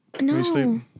No